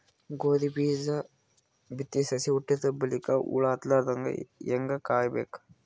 ಗೋಧಿ ಬೀಜ ಬಿತ್ತಿ ಸಸಿ ಹುಟ್ಟಿದ ಬಲಿಕ ಹುಳ ಹತ್ತಲಾರದಂಗ ಹೇಂಗ ಕಾಯಬೇಕು?